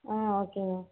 ஓகேங்க